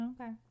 Okay